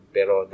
Pero